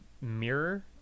mirror